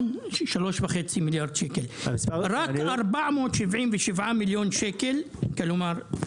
רק 477 מיליון ₪ כלומר,